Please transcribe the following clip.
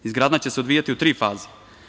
Izgradnja će se odvijati u tri faze.